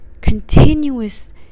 Continuous